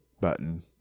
button